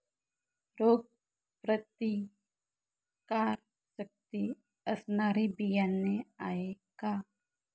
रोगप्रतिकारशक्ती असणारी बियाणे आहे का?